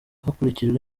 hakurikijwe